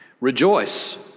Rejoice